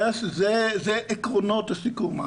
אלה עקרונות הסיכום.